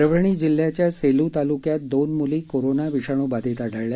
परभणी जिल्ह्याच्या सेलू तालुक्यात दोन मुली कोरोना विषाणू बाधित आढळल्या